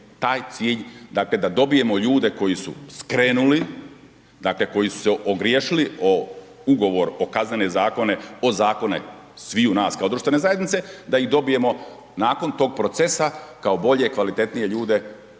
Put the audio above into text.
taj cilj da dobijemo ljude koji su skrenuli, dakle koji su se ogriješili o ugovor, o kaznene zakone, o zakone sviju nas kao društvene zajednice da ih dobijemo nakon tog procesa kao bolje i kvalitetnije ljude